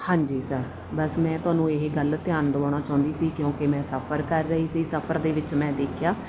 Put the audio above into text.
ਹਾਂਜੀ ਸਰ ਬਸ ਮੈਂ ਤੁਹਾਨੂੰ ਇਹੀ ਗੱਲ ਧਿਆਨ ਦਿਵਾਉਣਾ ਚਾਹੁੰਦੀ ਸੀ ਕਿਉਂਕਿ ਮੈਂ ਸਫਰ ਕਰ ਰਹੀ ਸੀ ਸਫਰ ਦੇ ਵਿੱਚ ਮੈਂ ਦੇਖਿਆ